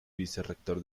vicerrector